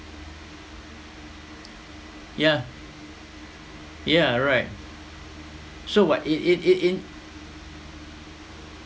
yeah yeah right so what it it it in